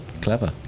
clever